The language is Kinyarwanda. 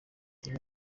rimwe